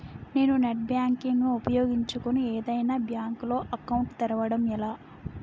నేను net banking ను ఉపయోగించుకుని ఏదైనా బ్యాంక్ లో అకౌంట్ తెరవడం ఎలా?